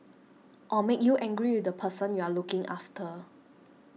or make you angry with the person you're looking after